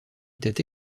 était